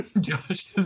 Josh